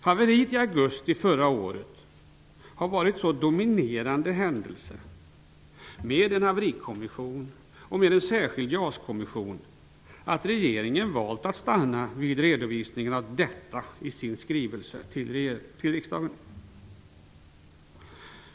Haveriet i augusti förra året har varit en så dominerande händelse, med en haverikommission och med en särskild JAS-kommission, att regeringen valt att stanna vid redovisningen av detta i sin skrivelse till riksdagen.